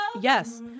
Yes